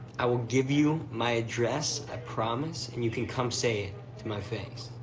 i will give you my address, i promise, and you can come say it to my face.